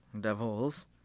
devils